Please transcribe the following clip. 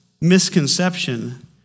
misconception